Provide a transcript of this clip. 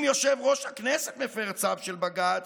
אם יו"ר הכנסת מפר צו של בג"ץ,